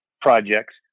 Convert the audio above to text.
projects